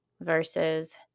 versus